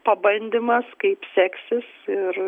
pabandymas kaip seksis ir